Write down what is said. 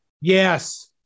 Yes